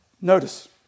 Notice